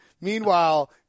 meanwhile